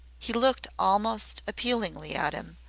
he looked almost appealingly at him,